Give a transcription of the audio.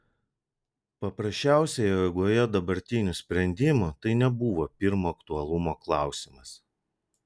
paprasčiausiai eigoje dabartinių sprendimų tai nebuvo pirmo aktualumo klausimas